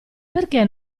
perché